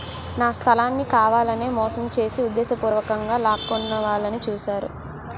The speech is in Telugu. నా స్థలాన్ని కావాలనే మోసం చేసి ఉద్దేశపూర్వకంగా లాక్కోవాలని చూశారు